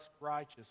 righteous